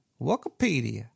Wikipedia